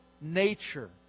nature